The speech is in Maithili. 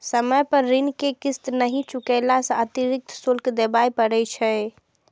समय पर ऋण के किस्त नहि चुकेला सं अतिरिक्त शुल्क देबय पड़ै छै